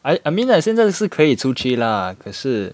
I I mean like 现在是可以出去 lah 可是